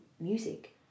music